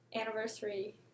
anniversary